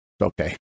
okay